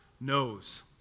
knows